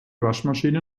waschmaschine